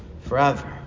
forever